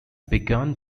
began